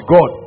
God